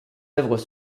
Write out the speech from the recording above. œuvres